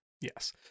yes